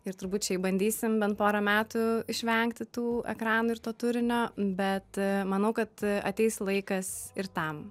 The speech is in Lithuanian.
ir turbūt šiaip bandysim bent porą metų išvengti tų ekranų ir to turinio bet manau kad ateis laikas ir tam